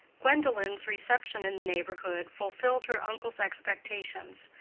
gwendolen's reception in the neighborhood fulfilled her uncle's expectations.